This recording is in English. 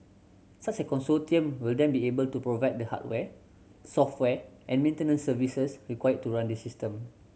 such a consortium will then be able to provide the hardware software and maintenance services required to run this system